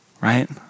right